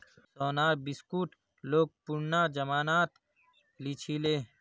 सोनार बिस्कुट लोग पुरना जमानात लीछीले